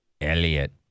Elliot